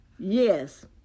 Yes